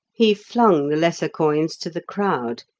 he flung the lesser coins to the crowd,